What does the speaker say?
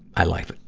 i life it.